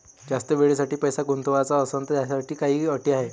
जास्त वेळेसाठी पैसा गुंतवाचा असनं त त्याच्यासाठी काही अटी हाय?